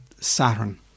Saturn